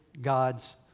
God's